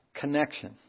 connection